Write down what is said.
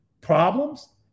problems